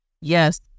yes